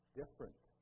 different